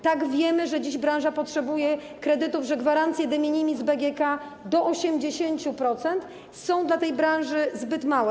Tak, wiemy, że dziś branża potrzebuje kredytów, że gwarancje de minimis z BGK do 80% są dla tej branży zbyt małe.